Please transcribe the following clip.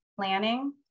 planning